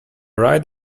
right